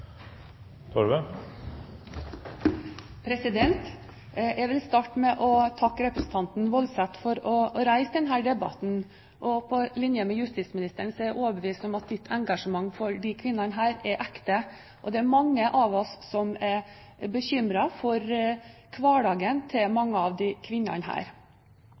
Jeg vil starte med å takke representanten Woldseth for å reise denne debatten, og på linje med justisministeren er jeg overbevist om at ditt engasjement for disse kvinnene er ekte. Det er mange av oss som er bekymret for hverdagen til mange av disse kvinnene.